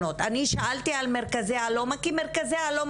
שאלתי על מרכזי אלומה כי מרכזי אלומה